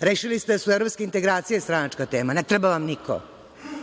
Rešili ste da su evropske integracije stranačka tema, ne treba vam niko.